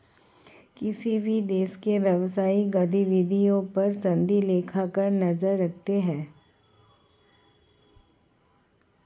किसी भी देश की व्यवसायिक गतिविधियों पर सनदी लेखाकार नजर रखते हैं